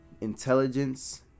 intelligence